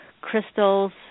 crystals